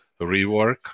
rework